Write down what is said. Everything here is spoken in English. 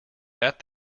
that